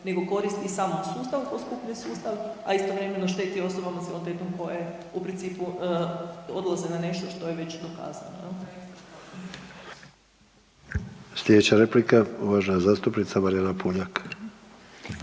nego koristi i samom sustavu poskupljuje sustav, a istovremeno šteti osobama s invaliditetom koje u principu odlaze na nešto što je već dokazano jel. **Sanader, Ante (HDZ)** Slijedeća replika, uvažena zastupnica Marijana Puljak.